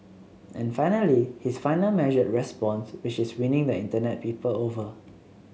and finally his final measured response which is winning the internet people over